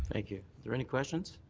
thank you. is there any questions?